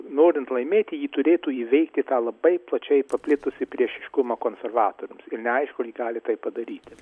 norint laimėti ji turėtų įveikti tą labai plačiai paplitusį priešiškumą konservatoriams ir neaišku ar ji gali tai padaryti